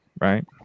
right